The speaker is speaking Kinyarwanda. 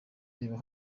reba